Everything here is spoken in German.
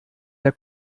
der